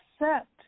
accept